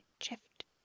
shift